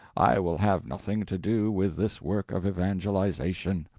i will have nothing to do with this work of evangelization.